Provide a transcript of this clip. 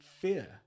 fear